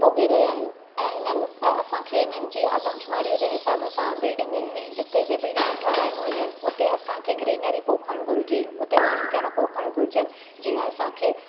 भोगे॒ रहियां आहियूं ऐं हुननि त असांखे हिन जी आदमशुमारी जे हिसाबु सां बिल्डिंगूं में जिते बि बिल्डिंगूं ठारायूं वञनि हुते असांखे ग्रीनरी पोखणु घुरिजे हुते वणु टिणु पोखणु घुरिजनि जीअं असांखे